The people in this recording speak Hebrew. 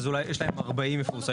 אז אולי יש להם 40 מפורסמים.